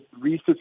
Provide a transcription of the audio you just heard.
research